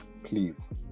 please